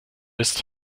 ist